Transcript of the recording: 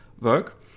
work